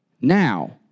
Now